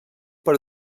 per